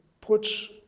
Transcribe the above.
puts